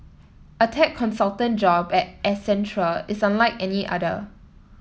a tech consultant job at Accentual is unlike any other